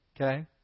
Okay